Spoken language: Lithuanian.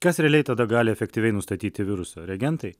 kas realiai tada gali efektyviai nustatyti virusą reagentai